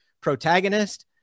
protagonist